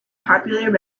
populated